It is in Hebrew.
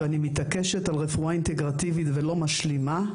אני מתעקשת על רפואה אינטגרטיבית ולא רפואה משלימה,